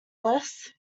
alice